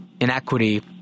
inequity